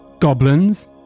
goblins